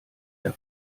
der